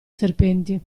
serpenti